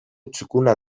txukuna